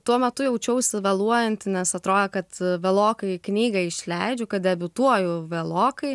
tuo metu jaučiausi vėluojanti nes atrodė kad vėlokai knygą išleidžiu kad debiutuoju vėlokai